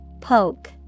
Poke